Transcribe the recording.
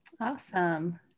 Awesome